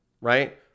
right